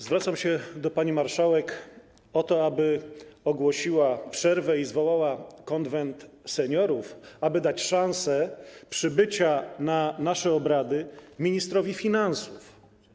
Zwracam się do pani marszałek o to, aby ogłosiła przerwę i zwołała Konwent Seniorów, aby dać szansę przybycia na nasze obrady ministrowi finansów.